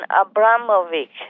Abramovich